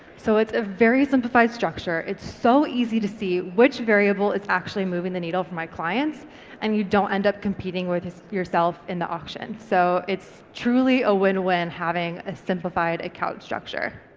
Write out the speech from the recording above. so it's a very simplified structure. it's so easy to see which variable is actually moving the needle for my clients and you don't end up competing with yourself in the auction. so it's truly a win-win having a simplified account structure.